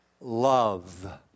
love